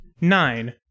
Nine